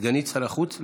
סגנית שר החוץ,